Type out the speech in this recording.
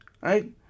right